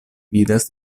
vidas